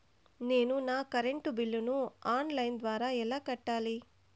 నేను నా కరెంటు బిల్లును ఆన్ లైను ద్వారా ఎలా కట్టాలి?